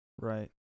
Right